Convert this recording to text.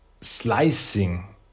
slicing